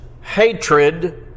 hatred